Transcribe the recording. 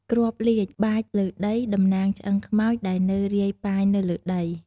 គ្រាប់លាជ បាចលើដីតំណាងឆ្អឹងខ្មោចដែលនៅរាយប៉ាយនៅលើដី។